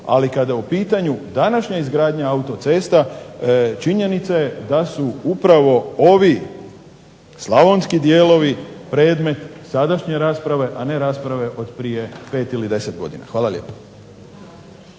ali kada je u pitanju današnja izgradnja autocesta činjenica je da su upravo ovi slavonski dijelovi predmet sadašnje rasprave, a ne rasprave od prije 5 ili 10 godina. Hvala lijepo.